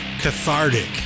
cathartic